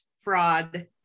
fraud